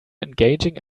engaging